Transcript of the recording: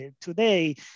today